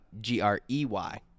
G-R-E-Y